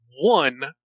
one